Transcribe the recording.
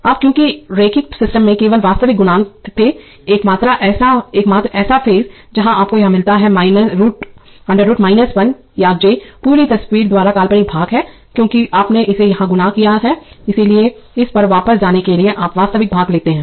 अब क्योंकि रैखिक सिस्टम में केवल वास्तविक गुणांक थे एकमात्र ऐसा फेज जहां आपको यह मिलता है√ 1 या j पूरी तस्वीर द्वारा काल्पनिक भाग है क्योंकि आपने इसे यहां गुणा किया है इसलिए इस पर वापस जाने के लिए आप वास्तविक भाग लेते हैं